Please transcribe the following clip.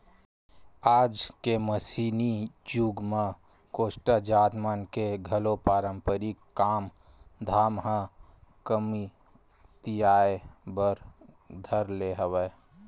आज के मसीनी जुग म कोस्टा जात मन के घलो पारंपरिक काम धाम ह कमतियाये बर धर ले हवय